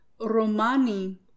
Romani